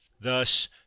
Thus